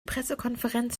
pressekonferenz